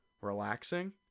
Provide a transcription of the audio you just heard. relaxing